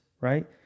right